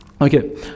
okay